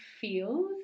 feels